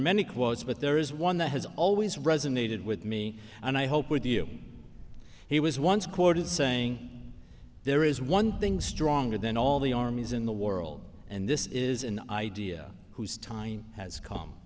many quotes but there is one that has always resonated with me and i hope with you he was once quoted saying there is one thing stronger than all the armies in the world and this is an idea whose time has come